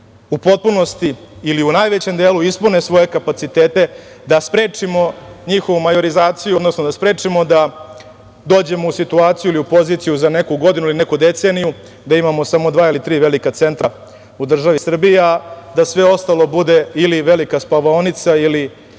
u potpunosti ili u najvećem delu ispune svoje kapacitete da sprečimo njihovu majorizaciju, odnosno da sprečimo da dođemo u situaciju ili u poziciju za neku godinu ili neku deceniju da imamo samo dva ili tri velika centra u državi Srbiji, a da sve ostalo bude ili velika spavaonica ili